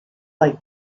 like